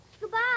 Goodbye